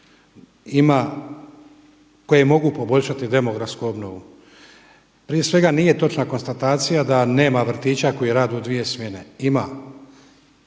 ima koje mogu poboljšati demografsku obnovu. Prije svega nije točna konstatacija da nema vrtića koji rade u dvije smjene.